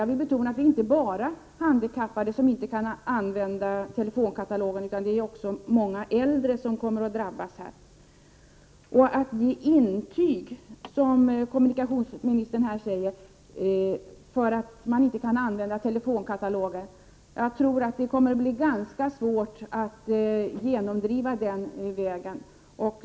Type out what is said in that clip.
Jag vill betona att det inte bara är handikappade som inte kan använda telefonkatalogen, utan också många äldre kommer att drabbas. Kommunikationsministern sade att man skulle ge intyg på att människor inte kan använda telefonkatalogen. Jag tror att det kommer att bli ganska svårt att genomdriva detta.